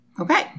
Okay